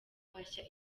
guhashya